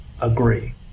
agree